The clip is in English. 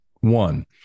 One